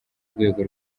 urwego